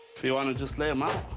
if you wanna just lay them out?